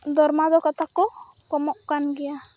ᱫᱚᱨᱢᱟ ᱫᱚ ᱛᱟᱠᱚ ᱠᱚ ᱠᱚᱢᱚᱜ ᱠᱟᱱ ᱜᱮᱭᱟ